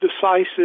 decisive